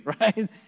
right